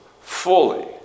fully